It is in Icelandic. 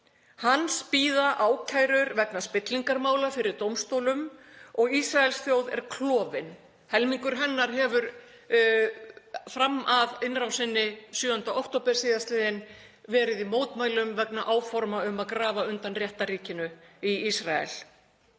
Hans bíða ákærur vegna spillingarmála fyrir dómstólum og Ísraelsþjóð er klofin. Helmingur hennar hefur fram að innrásinni 7. október á síðasta ári verið í mótmælum vegna áforma um að grafa undan réttarríkinu í Ísrael.